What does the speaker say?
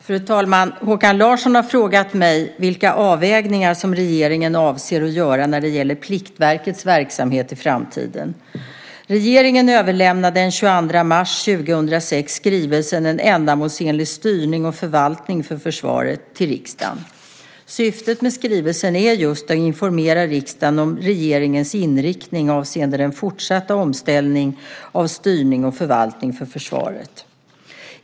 Fru talman! Håkan Larsson har frågat mig vilka avvägningar som regeringen avser att göra när det gäller Pliktverkets verksamhet i framtiden. Regeringen överlämnade den 22 mars 2006 skrivelsen 2005/06:131 En ändamålsenlig styrning och förvaltning för försvaret till riksdagen. Syftet med skrivelsen är just att informera riksdagen om regeringens inriktning avseende den fortsatta omställningen av styrning och förvaltning för försvaret.